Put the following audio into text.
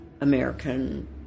American